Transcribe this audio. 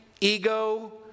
ego